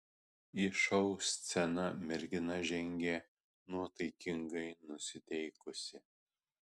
į šou sceną mergina žengė nuotaikingai nusiteikusi